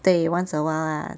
对 once awhile lah